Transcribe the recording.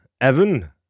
Evan